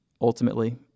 Ultimately